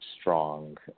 strong